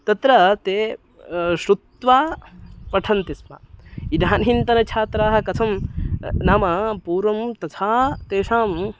तत्र ते श्रुत्वा पठन्ति स्म इदानीन्तनछात्राः कथं नाम पूर्वं तथा तेषां